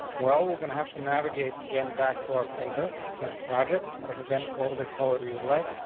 well, we're gonna have to navigate again back to our folder project or again. call this however you like,